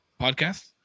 podcast